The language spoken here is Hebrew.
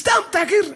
סתם, תחקיר.